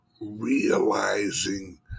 realizing